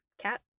cat